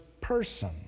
person